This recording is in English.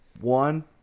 One